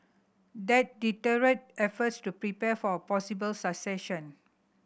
that deterred efforts to prepare for a possible succession